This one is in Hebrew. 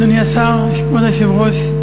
אדוני השר, כבוד היושב-ראש,